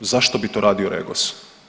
Zašto bi to radio REGOS?